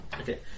Okay